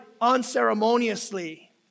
unceremoniously